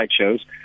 Shows